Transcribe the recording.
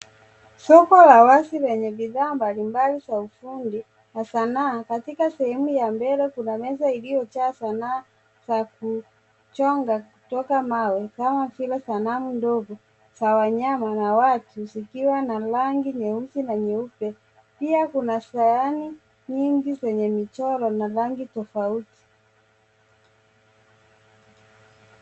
Soko la wazi lenye bidhaa mbalimbali za ufundi na sanaa. Katika sehemu ya mbele kuna meza iliyojaa sanaa za kuchonga kutoka mawe kama vile sanamu ndogo za wanyama na watu, zikiwa na rangi nyeusi na nyeupe. Pia kuna sahani nyingi zenye michoro na rangi tofauti.